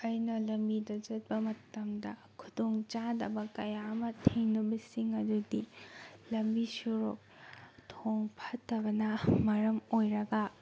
ꯑꯩꯅ ꯂꯝꯕꯤꯗ ꯆꯠꯄ ꯃꯇꯝꯗ ꯈꯨꯗꯣꯡ ꯆꯥꯗꯕ ꯀꯌꯥ ꯑꯃ ꯊꯦꯡꯅꯕꯁꯤꯡ ꯑꯗꯨꯗꯤ ꯂꯝꯕꯤ ꯁꯣꯔꯣꯛ ꯊꯣꯡ ꯐꯠꯇꯕꯅ ꯃꯔꯝ ꯑꯣꯏꯔꯒ